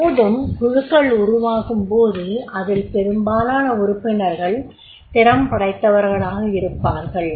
எப்போதும் குழுக்கள் உருவாகும்போது அதில் பெரும்பாலான உறுப்பினர்கள் திறம்படைத்தவர்களாக இருப்பார்கள்